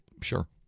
Sure